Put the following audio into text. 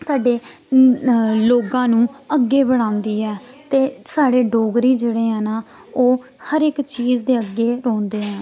स्हाढे लोगां नू अग्गें बड़ांदी ऐ ते साढ़े डोगरी जेह्ड़े ऐ न ओह् हर इक चीज दे अग्गें रौंह्दे ऐं